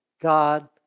God